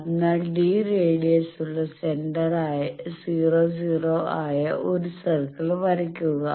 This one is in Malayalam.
അതിനാൽ d റേഡിയസ് ഉള്ള സെന്റർ 00 ആയ ഒരു സർക്കിൾ വരയ്ക്കുക